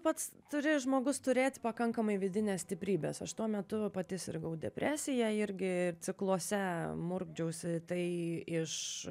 pats turi žmogus turėti pakankamai vidinės stiprybės aš tuo metu pati sirgau depresija irgi cikluose murkdžiausi tai iš